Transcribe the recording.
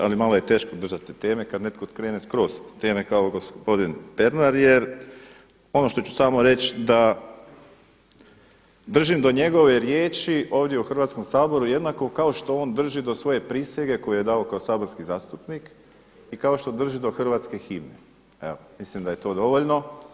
Ali malo je teško držati se teme kad netko skrene skroz s teme kao gospodin Pernar jer ono što ću samo reći da držim do njegove riješi ovdje u Hrvatskom saboru jednako kao što on drži do svoje prisege koju je dao kao saborski zastupnik i kao što drži do hrvatske himne, evo mislim da je to dovoljno.